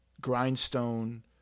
grindstone